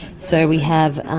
so we have